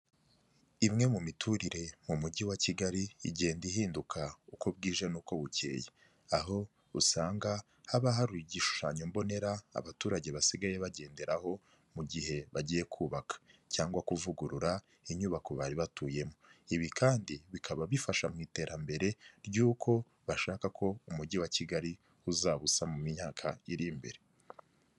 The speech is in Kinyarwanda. Imwe mu miturire mu mujyi wa Kigali igenda ihinduka uko bwije n'uko bukeye, aho usanga haba hari igishushanyo mbonera abaturage basigaye bagenderaho mu gihe bagiye kubaka cyangwa kuvugurura inyubako bari batuyemo. Ibi kandi bikaba bifasha mu iterambere ry'uko bashaka ko umujyi wa Kigali uzaba usa mu myaka iri imbere.